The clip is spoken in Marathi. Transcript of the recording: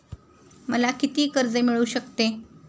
मला किती कर्ज मिळू शकते?